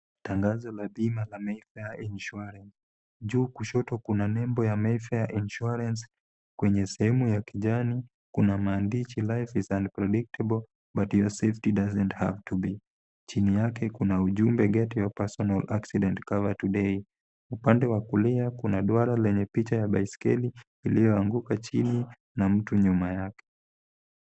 Tangazo la bima ya Mayfair Insurance. Juu kushoto kuna nembo ya Mayfair Insurance. Kwenye sehemu ya kijani kuna maandishi life is unpredictable, but your safety doesn't have to be . Chini yake kuna ujumbe Get your personal Accident Cover Today . Upande wa kulia kuna duara lenye picha ya baikeli iliyoanguka chini na mtu nyuma yake.